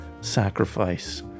sacrifice